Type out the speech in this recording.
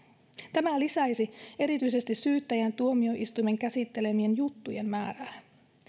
tämä lisäisi erityisesti syyttäjän ja tuomioistuimen käsittelemien juttujen määrää